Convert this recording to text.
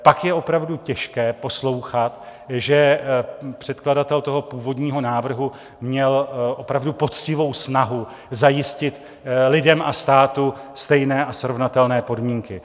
Pak je opravdu těžké poslouchat, že předkladatel původního návrhu měl opravdu poctivou snahu zajistit lidem a státu stejné a srovnatelné podmínky.